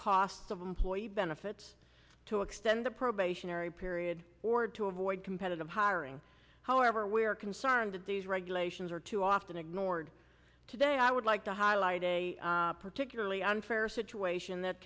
costs of employee benefits to extend the probationary period or to avoid competitive hiring however we are concerned that these regulations are too often ignored today i would like to highlight a particularly unfair situation that